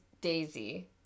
Daisy